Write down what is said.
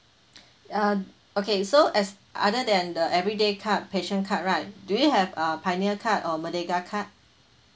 ah okay so as other than the every day card patient card right do you have uh pioneer card or merdeka card